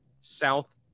South